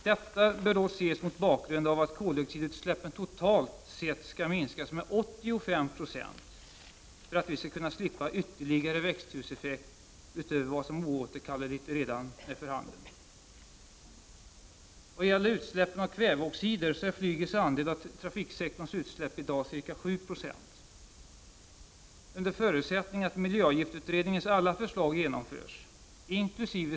Detta bör ses mot bakgrund av att koldioxidutsläppen totalt sett skall minskas med 85 96 för att vi skall kunna slippa ytterligare växthuseffekt utöver vad som oåterkalleligt redan är för handen. Vad gäller utsläppen av kväveoxider är flygets andel av trafiksektorns utsläpp i dag ca 7 Zo. Under förutsättning att miljöavgiftsutredningens alla förslag genomförs, inkl.